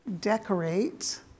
decorate